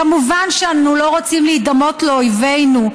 כמובן שאנו לא רוצים להידמות לאויבינו,